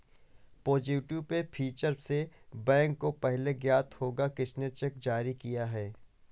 positive pay feature से bank को पहले ज्ञात होगा किसने चेक जारी किया है